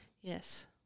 Yes